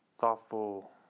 thoughtful